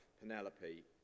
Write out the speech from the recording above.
Penelope